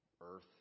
Earth